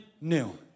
new